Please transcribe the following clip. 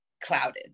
clouded